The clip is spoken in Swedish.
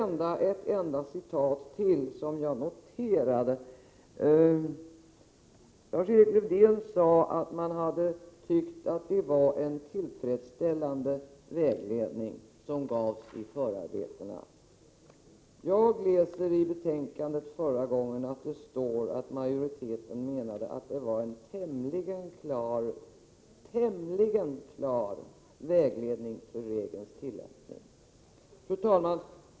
Lars-Erik Lövdén sade att man tyckte att det gavs en tillfredsställande vägledning i förarbetena. I utskottets betänkande från förra gången står att läsa att majoriteten menade att det fanns en tämligen klar vägledning för regelns tillämpning. Fru talman!